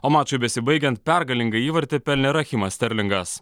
o mačui besibaigiant pergalingą įvartį pelnė rachima sterlingas